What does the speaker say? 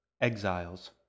Exiles